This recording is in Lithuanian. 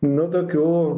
nu tokių